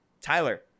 Tyler